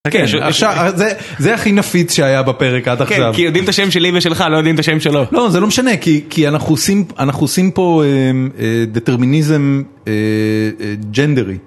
זה הכי נפיץ שהיה בפרק עד עכשיו, כי יודעים את השם שלי ושלך לא יודעים את השם שלו, לא זה לא משנה כי אנחנו עושים פה דטרמיניזם ג'נדרי.